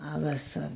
आ हमरा सब